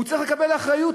והוא צריך לקבל אחריות,